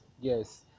yes